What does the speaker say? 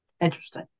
Interesting